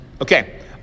okay